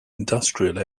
industrial